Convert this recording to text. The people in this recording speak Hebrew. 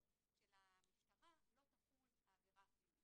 של המשטרה לא תחול העבירה הפלילית.